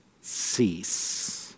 cease